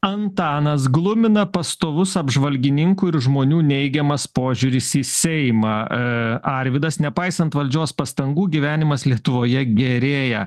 antanas glumina pastovus apžvalgininkų ir žmonių neigiamas požiūris į seimą arvydas nepaisant valdžios pastangų gyvenimas lietuvoje gerėja